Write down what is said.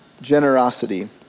generosity